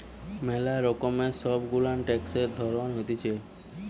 ম্যালা রকমের সব গুলা ট্যাক্সের ধরণ হতিছে